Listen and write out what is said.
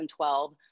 2012